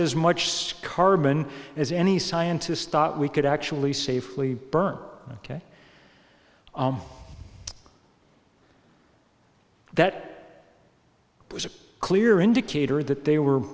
as much scarman as any scientists thought we could actually safely burn ok that was a clear indicator that they were